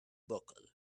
buckle